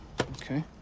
Okay